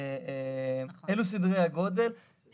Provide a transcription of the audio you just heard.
אני רוצה להודות לרופאים שעבדו בשטח,